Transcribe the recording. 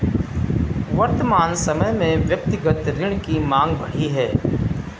वर्तमान समय में व्यक्तिगत ऋण की माँग बढ़ी है